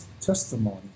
testimony